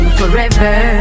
forever